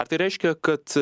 ar tai reiškia kad